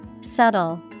subtle